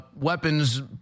weapons